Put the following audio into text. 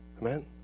Amen